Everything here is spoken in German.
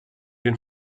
den